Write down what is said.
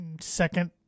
second